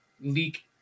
leak